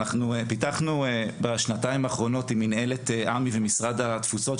אנחנו פיתחנו בשנתיים האחרונות עם מנהלת עמ"י ומשרד התפוצות,